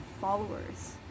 followers